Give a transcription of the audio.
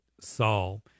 Saul